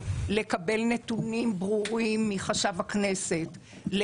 לקבל נתונים ברורים מחשב הכנסת,